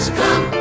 come